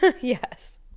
yes